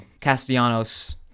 Castellanos